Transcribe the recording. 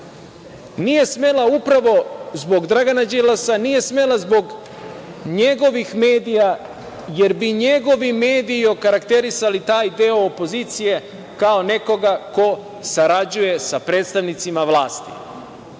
nije smela upravo zbog Dragana Đilasa, nije smela zbog njegovih medija, jer bi njegovi mediji okarakterisali taj deo opozicije kao nekoga ko sarađuje sa predstavnicima vlasti. Inače,